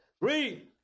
Read